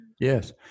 Yes